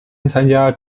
参加